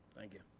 thank you.